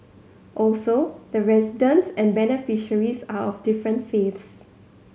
also the residents and beneficiaries are of different faiths